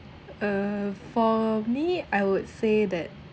uh for me I would say that